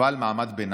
אבל מעמד ביניים.